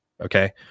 Okay